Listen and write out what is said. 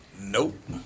Nope